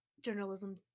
journalism